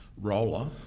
roller